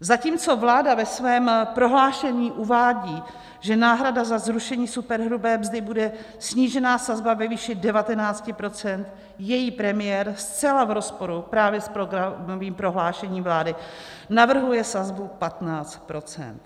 Zatímco vláda ve svém prohlášení uvádí, že náhrada za zrušení superhrubé mzdy bude snížená sazba ve výši 19 %, její premiér zcela v rozporu právě s programovým prohlášením vlády navrhuje sazbu 15 %.